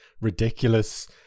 ridiculous